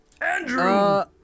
Andrew